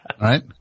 right